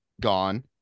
gone